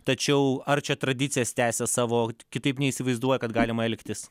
tačiau ar čia tradicijas tęsia savo kitaip neįsivaizduoja kad galima elgtis